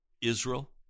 Israel